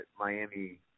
Miami